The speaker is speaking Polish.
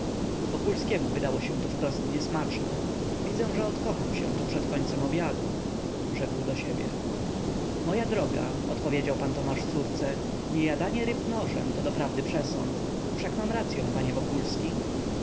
nożem wokulskiemu wydało się to wprost niesmaczne widzę że odkocham się tu przed końcem obiadu rzekł do siebie moja droga odpowiedział pan tomasz córce niejadanie ryb nożem to doprawdy przesąd wszak mam racyą panie wokulski